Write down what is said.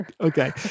Okay